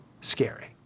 scary